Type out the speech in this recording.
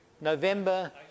November